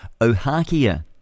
Ohakia